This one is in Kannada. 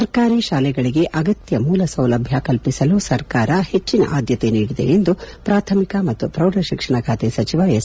ಸರ್ಕಾರಿ ಶಾಲೆಗಳಿಗೆ ಅಗತ್ಯ ಮೂಲ ಸೌಲಭ್ಯ ಕಲ್ವಿಸಲು ಸರ್ಕಾರ ಹೆಚ್ಚಿನ ಆಧ್ಯತೆ ನೀಡಿದೆ ಎಂದು ಪ್ರಾಥಮಿಕ ಮತ್ತು ಪ್ರೌಢ ಶಿಕ್ಷಣ ಸಚಿವ ಎಸ್